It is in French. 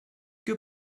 que